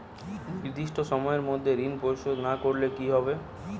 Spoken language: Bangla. নির্দিষ্ট সময়ে মধ্যে ঋণ পরিশোধ না করলে কি হবে?